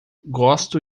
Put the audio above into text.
gosto